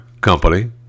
company